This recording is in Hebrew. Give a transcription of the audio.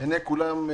עיני כולם,